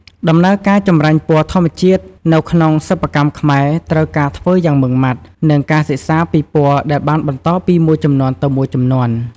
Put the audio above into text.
ដំណើរការចម្រាញ់ពណ៌ធម្មជាតិនៅក្នុងសិប្បកម្មខ្មែរ ត្រូវការធ្វើយ៉ាងម៉ឺងម៉ាត់ និងការសិក្សាពីពណ៌ដែលបានបន្តពីមួយជំនាន់ទៅមួយជំនាន់។